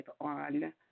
on